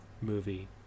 movie